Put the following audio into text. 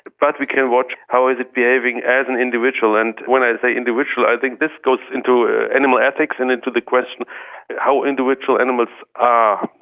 but we can watch how is it behaving as an individual. and when i say individual, i think this goes into animal ethics and into the question of how individual animals are.